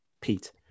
Pete